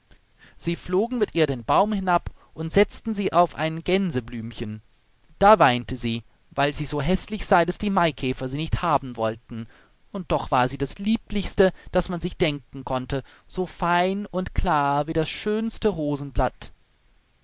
sie flogen mit ihr den baum hinab und setzten sie auf ein gänseblümchen da weinte sie weil sie so häßlich sei daß die maikäfer sie nicht haben wollten und doch war sie das lieblichste das man sich denken konnte so fein und klar wie das schönste rosenblatt